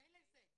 מילא זה,